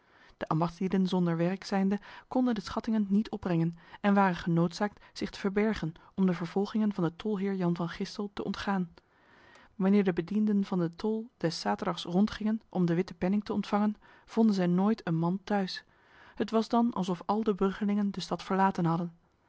de ambachtslieden zonder werk zijnde konden de schattingen niet opbrengen en waren genoodzaakt zich te verbergen om de vervolgingen van de tolheer jan van gistel te ontgaan wanneer de bedienden van de tol des zaterdags rondgingen om de witte penning te ontvangen vonden zij nooit een man thuis het was dan alsof al de bruggelingen de stad verlaten hadden